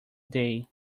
day